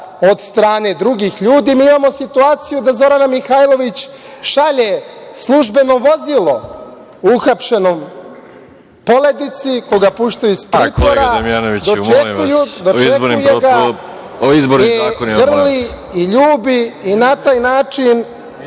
od strane drugih ljudi, mi imamo situaciju da Zorana Mihajlović, šalje službeno vozilo uhapšenom Poledici, koga puštaju iz pritvora, dočekuje ga i grli i ljubi i na taj način